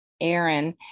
Aaron